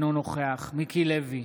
אינו נוכח מיקי לוי,